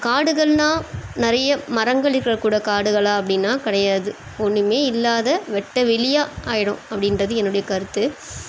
காடுகள்னால் நிறைய மரங்கள் இருக்கக்கூட காடுகளாக அப்படின்னா கிடையாது ஒன்றுமே இல்லாத வெட்ட வெளியாக ஆகிடும் அப்படின்றது என்னுடைய கருத்து